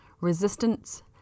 resistance